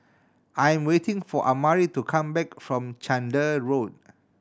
I am waiting for Amari to come back from Chander Road